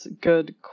good